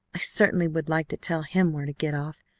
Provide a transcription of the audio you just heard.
i certainly would like to tell him where to get off.